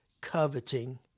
coveting